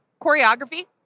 choreography